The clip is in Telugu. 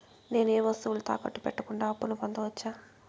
నేను ఏ వస్తువులు తాకట్టు పెట్టకుండా అప్పును పొందవచ్చా?